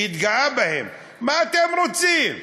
שהתגאה בהם: מה אתם רוצים?